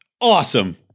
Awesome